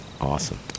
Awesome